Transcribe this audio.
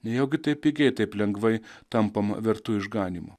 nejaugi taip pigiai taip lengvai tampama vertu išganymo